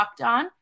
LOCKEDON